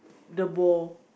the ball